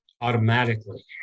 automatically